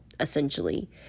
Essentially